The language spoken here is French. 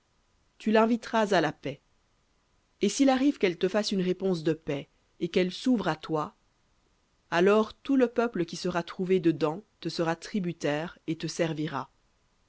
tu l'inviteras à la paix et s'il arrive qu'elle te fasse une réponse de paix et qu'elle s'ouvre à toi alors tout le peuple qui sera trouvé dedans te sera tributaire et te servira